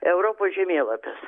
europos žemėlapis